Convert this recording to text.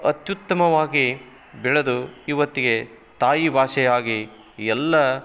ಅತ್ಯುತ್ತಮವಾಗಿ ಬೆಳೆದು ಇವತ್ತಿಗೆ ತಾಯಿ ಭಾಷೆಯಾಗಿ ಎಲ್ಲ